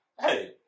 hey